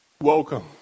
welcome